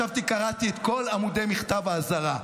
ישבתי, קראתי את כל עמודי מכתב האזהרה.